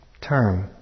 term